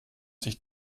sich